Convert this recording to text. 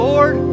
Lord